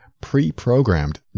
pre-programmed